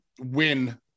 win